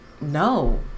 No